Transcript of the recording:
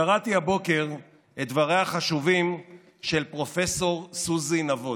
קראתי הבוקר את דבריה החשובים של פרופ' סוזי נבות,